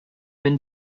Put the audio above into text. been